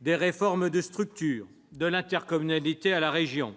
des réformes de structure, de l'intercommunalité à la région.